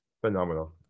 phenomenal